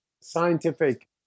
scientific